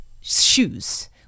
shoes